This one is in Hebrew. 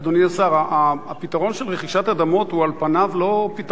הפתרון של רכישת אדמות הוא על פניו לא פתרון רע כל כך.